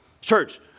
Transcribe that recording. Church